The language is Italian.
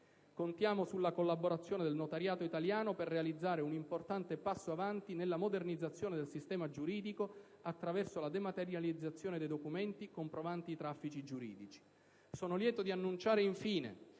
Contiamo sulla collaborazione del notariato italiano per realizzare un importante passo in avanti nella modernizzazione del sistema giuridico attraverso la dematerializzazione dei documenti comprovanti i traffici giuridici. Sono lieto di annunciare infine